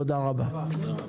תודה רבה.